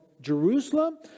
Jerusalem